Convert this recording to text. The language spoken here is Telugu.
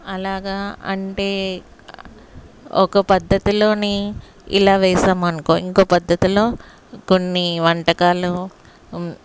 అలాగా అంటే ఒక పద్ధతిలో ఇలా వేసాం అనుకో ఇంకోక పద్ధతిలో కొన్ని వంటకాలు